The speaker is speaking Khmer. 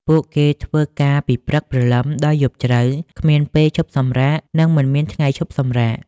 ពួកគេធ្វើការពីព្រឹកព្រលឹមដល់យប់ជ្រៅ គ្មានពេលឈប់សម្រាក និងមិនមានថ្ងៃឈប់សម្រាក។